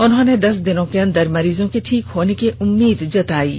उन्होंने दस दिनों के अंदर मरीजों के ठीक होने की उम्मीद जतायी है